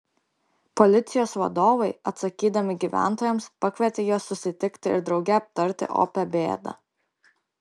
policijos vadovai atsakydami gyventojams pakvietė juos susitikti ir drauge aptarti opią bėdą